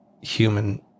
human